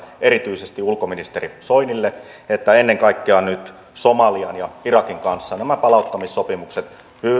ja erityisesti ulkoministeri soinille että ennen kaikkea nyt somalian ja irakin kanssa nämä palauttamissopimukset